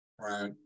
right